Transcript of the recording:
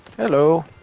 Hello